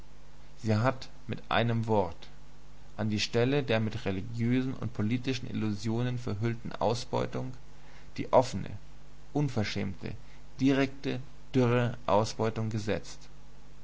sie hat mit einem wort an die stelle der mit religiösen und politischen illusionen verhüllten ausbeutung die offene unverschämte direkte dürre ausbeutung gesetzt